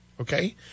okay